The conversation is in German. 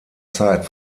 zeit